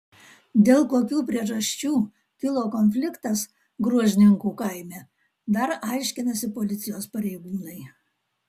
dėl kokių priežasčių kilo konfliktas gruožninkų kaime dar aiškinasi policijos pareigūnai